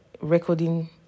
recording